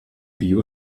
bio